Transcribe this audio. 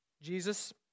Jesus